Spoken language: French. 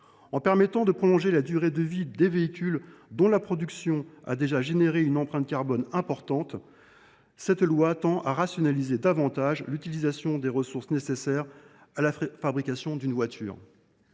En prévoyant de prolonger la durée de vie de véhicules dont la production présente déjà une empreinte carbone élevée, ce texte tend à rationaliser l’utilisation des ressources nécessaires à la fabrication d’une voiture.